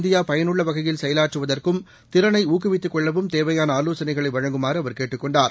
இந்தியாபயனுள்ளவகையில் செயலாற்றுவதற்கும் உலகஅளவில் திறனைஊக்குவித்துக் கொள்ளவும் தேவையான ஆலோசனைகளைவழங்குமாறுஅவர் கேட்டுக்கொண்டார்